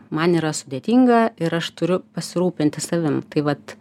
man yra sudėtinga ir aš turiu pasirūpinti savim tai vat